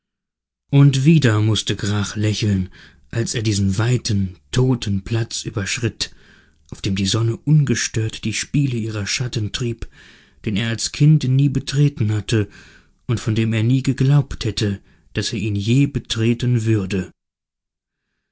und wieder mußte grach lächeln als er diesen weiten toten platz überschritt auf dem die sonne ungestört die spiele ihrer schatten trieb den er als kind nie betreten hatte und von dem er nie geglaubt hätte daß er ihn je betreten würde